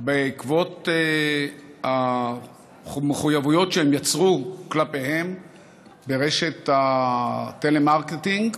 בעקבות מחויבויות שהם יצרו כלפיהם ברשת הטלמרקטינג